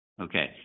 okay